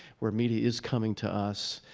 where media is coming to us,